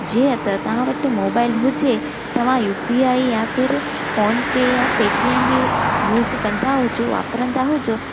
जीअं त तव्हां वटि मोबाइल हुजे तव्हां यू पी आई या फिर फ़ोन पे या पेटीएम बि यूज़ कंदा हुजो वापरंदा हुजो